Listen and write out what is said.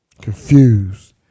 confused